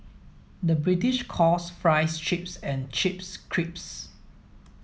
the British calls fries chips and chips crisps